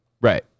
right